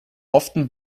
often